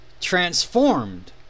transformed